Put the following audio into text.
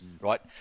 right